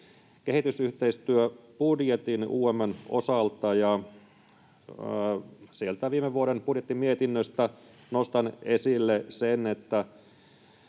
kehitysyhteistyöbudjetin UM:n osalta, ja viime vuoden budjettimietinnöstä nostan esille sen, että